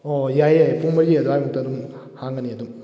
ꯍꯣꯏ ꯍꯣꯏ ꯌꯥꯏꯌꯦ ꯌꯥꯏꯌꯦ ꯄꯨꯡ ꯃꯔꯤ ꯑꯗꯨꯋꯥꯏꯃꯨꯛꯇ ꯑꯗꯨꯝ ꯍꯥꯡꯒꯅꯤ ꯑꯗꯨꯝ